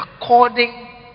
According